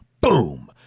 boom